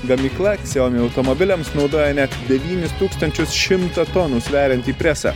gamykla xiaomi automobiliams naudoja net devynis tūkstančių šimtą tonų sveriantį presą